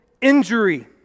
injury